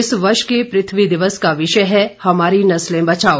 इस वर्ष के पृथ्वी दिवस का विषय है हमारी नस्लें बचाओ